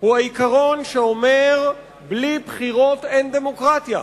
הוא העיקרון שאומר: בלי בחירות אין דמוקרטיה.